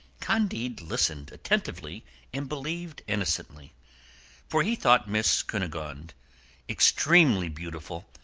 candide listened attentively and believed innocently for he thought miss cunegonde extremely beautiful,